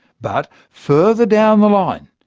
but further down the line,